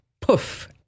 poof